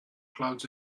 clouds